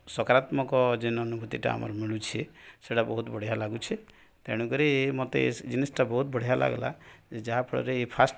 ସକାରାତ୍ମକ ଯେନ୍ ଅନୁଭୂତିଟା ଆମର୍ ମିଳୁଛେ ସେଟା ବହୁତ୍ ବଢ଼ିଆ ଲାଗୁଛେ ତେଣୁକରି ମତେ ଇ ଜିନିଷ୍ଟା ବହୁତ୍ ବଢ଼ିଆ ଲାଗ୍ଲା ଯେ ଯାହା ଫଳରେ ଫାଷ୍ଟ୍